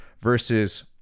versus